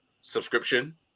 subscription